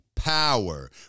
Power